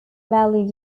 value